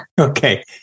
Okay